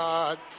God